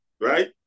Right